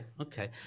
Okay